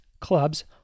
clubs